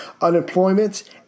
unemployment